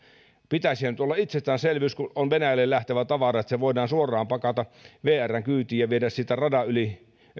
pitäisihän nyt olla itsestäänselvyys että kun on venäjälle lähtevä tavara se voidaan suoraan pakata vrn kyytiin ja viedä siitä